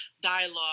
dialogue